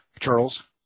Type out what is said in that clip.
Charles